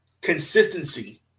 Consistency